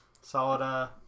solid